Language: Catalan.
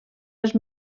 les